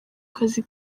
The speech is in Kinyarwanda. kazi